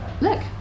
look